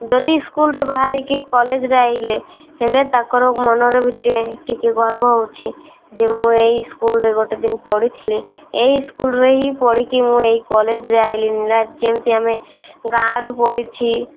ଯଦି ସ୍କୁଲରେ ବାହାରିକି କଲେଜରେ ଆସିଲେ ହେଲେ ତାଙ୍କର ମନର ବି ଟିକେ ଗର୍ବ ହେଉଛି ଯେ ମୁଁ ଏଇ ସ୍କୁଲରେ ଗୋଟେ ଦିନ ପଢ଼ିଥିଲି ଏଇ ସ୍କୁଲରେ ହିଁ ପଢ଼ିକି ମୁଁ ଏଇ କଲେଜରେ ଆସିଲି ନା ଯେମିତି ଆମେ ଗାଁରୁ ପଢ଼ିଛି